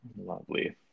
lovely